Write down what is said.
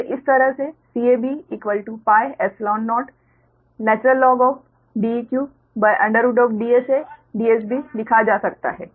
इसे इस तरह सेCABπϵ0DeqDSADSB लिखा जा सकता है इस तरह लिखा जा सकता है